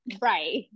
right